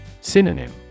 Synonym